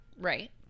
right